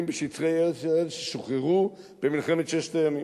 בשטחי ארץ-ישראל ששוחררו במלחמת ששת הימים.